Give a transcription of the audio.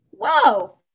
whoa